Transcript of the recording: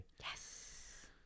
Yes